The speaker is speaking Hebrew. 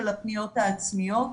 של הפניות העצמיות,